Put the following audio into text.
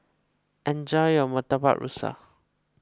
enjoy your Murtabak Rusa